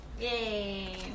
Yay